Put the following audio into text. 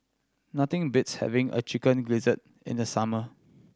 nothing beats having a Chicken Gizzard in the summer